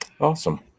Awesome